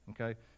okay